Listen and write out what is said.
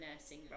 nursing